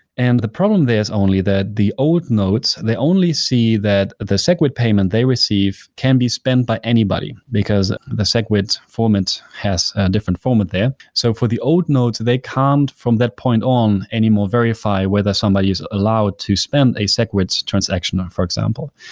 and the problem there is only that the old nodes, they only see that the segwit payment they receive can be spent by anybody, because the segwit formant has different format there. so for the old nodes, they can't, from that point on anymore verify whether somebody is allowed to spend a segwit transaction, for example.